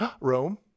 Rome